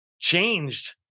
changed